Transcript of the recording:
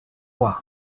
what